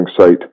site